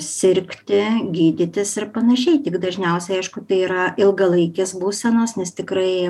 sirgti gydytis ir panašiai tik dažniausiai aišku tai yra ilgalaikės būsenos nes tikrai